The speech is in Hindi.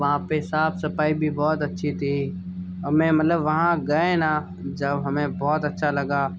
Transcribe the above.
वहाँ पे साफ़ सफ़ाई भी बहुत अच्छी थी और मैं मतलब वहाँ गए ना जब हमें बहुत अच्छा लगा